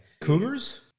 Cougars